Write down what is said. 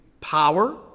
power